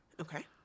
Okay